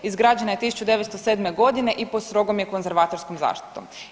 Izgrađeno je 1907. godine i pod strogom je konzervatorskom zaštitom.